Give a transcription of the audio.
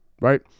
right